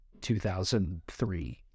2003